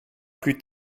plus